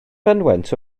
fynwent